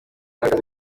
akazi